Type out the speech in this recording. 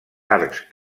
arcs